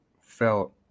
felt